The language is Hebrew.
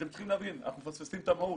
אתם צריכים להבין, אנחנו מפספסים את המהות.